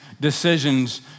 decisions